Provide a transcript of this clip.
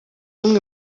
umwe